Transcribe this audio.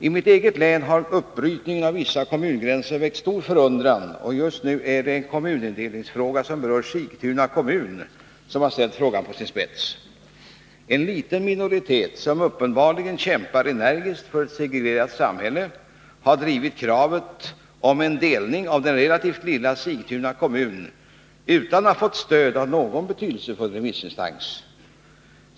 I mitt eget län har uppbrytningen av vissa kommungränser väckt stor förundran, och just nu är det en kommunindelning som berör Sigtuna kommun som har ställt frågan på sin spets. En liten minoritet — som uppenbarligen kämpar energiskt för ett segregerat samhälle — har drivit kravet på en delning av den relativt lilla Sigtuna kommun utan att ha fått stöd av någon betydelsefull remissinstans.